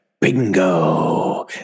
bingo